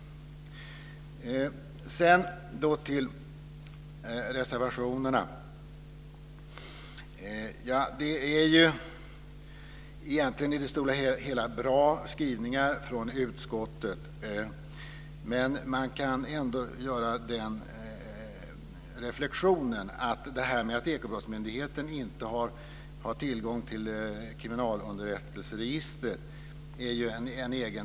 Sedan till reservationerna. Det är bra skrivningar från utskottet i det stora hela. Det är en egendomlighet att Ekobrottsmyndigheten inte har tillgång till kriminalunderrättelseregistret.